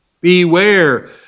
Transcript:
Beware